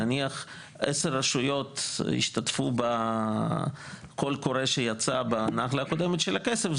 נניח עשר רשויות השתתפו בקול קורא שיצא בנגלה הקודמת של הכסף,